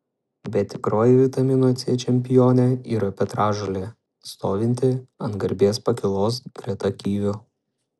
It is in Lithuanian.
bet tikroji vitamino c čempionė yra petražolė stovinti ant garbės pakylos greta kivių